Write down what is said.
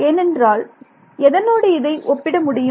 ஏனென்றால் எதனோடு இதை ஒப்பிட முடியும்